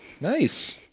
Nice